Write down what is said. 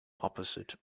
opposite